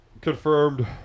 confirmed